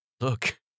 look